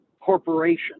corporation